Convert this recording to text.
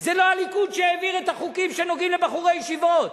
זה לא הליכוד שהעביר את החוקים שקשורים לבחורי ישיבות.